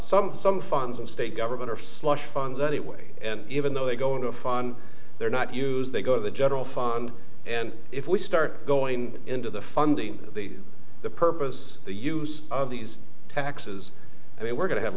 some some funds of state government or slush funds anyway and even though they go into fun they're not use they go to the general fund and if we start going into the funding the purpose the use of these taxes i mean we're going to have